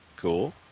Cool